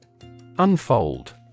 Unfold